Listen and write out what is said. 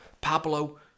Pablo